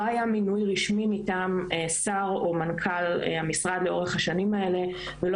היה מינוי רשמי מטעם שר או מנכ"ל המשרד לאורך השנים האלה ולא